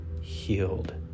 healed